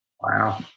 Wow